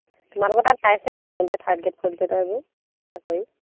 তোমালোকৰ তাত পাইছেনে কোনোবাই থাৰ্ড গ্ৰেড ফৰ্থ গ্ৰেডৰবোৰ চাকৰি